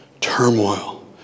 turmoil